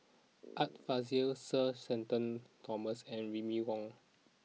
Art Fazil Sir Shenton Thomas and Remy Ong